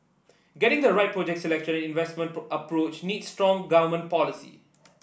getting the right project selection and investment approach needs strong government policy